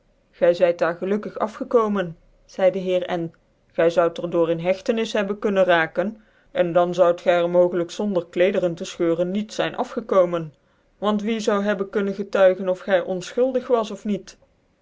gy zyt daar gelukkig afgekomen zeide de heer n gy zoud er door in hctcnis hebben kunnen raken en dan zoud gy cr mogelijk zonder klederen tc fcheuren niet zyn afgekomen want wie zou hebben kunnen getuigen of gy onfchuldig was of niet